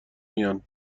میان